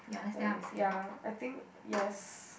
ya I think yes